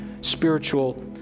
spiritual